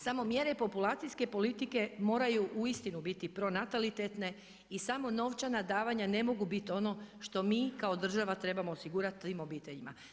Samo mjere populacijske politike moraju uistinu biti pronatalitetne i samo novčana davanja ne mogu biti ono što mi kao država trebamo osigurati tim obiteljima.